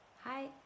Hi